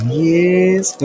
yes